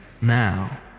now